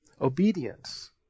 obedience